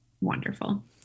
wonderful